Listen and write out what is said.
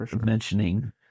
mentioning